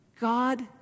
God